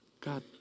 God